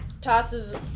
tosses